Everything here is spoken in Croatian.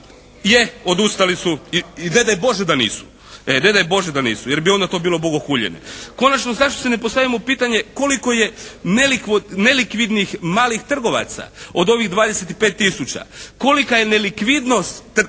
Je, odustali su i ne daj Bože da nisu. E, ne daj Bože da nisu jer bi onda to bilo bogohuljenje. Konačno zašto si ne postavimo pitanje koliko je nelikvidnih malih trgovaca od ovih 25 tisuća? Kolika je nelikvidnost otpada